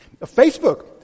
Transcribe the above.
Facebook